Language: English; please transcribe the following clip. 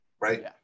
right